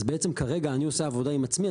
אז בעצם כרגע אני עושה עבודה עם עצמי,